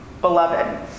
beloved